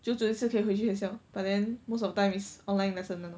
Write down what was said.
久久一次可以回去学校 but then most of the time is online lesson 那种